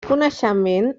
coneixement